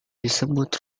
disebut